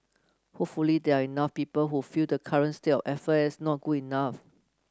hopefully there are enough people who feel the current state of affairs is not good enough